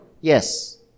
Yes